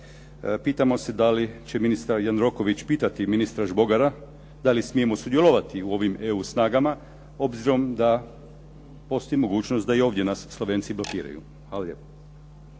pitamo se da li će ministar Jandroković pitati ministra Žbogara da li smijemo sudjelovati u ovim EU snagama obzirom da postoji mogućnost da i ovdje nas Slovenci blokiraju. Hvala